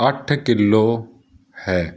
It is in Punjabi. ਅੱਠ ਕਿੱਲੋ ਹੈ